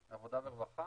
עבודה ורווחה?